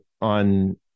on